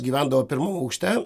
gyvendavo pirmam aukšte